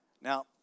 Now